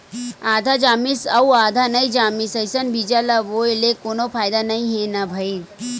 आधा जामिस अउ आधा नइ जामिस अइसन बीजा ल बोए ले कोनो फायदा नइ हे न भईर